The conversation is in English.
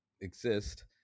exist